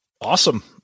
Awesome